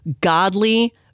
godly